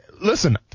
listen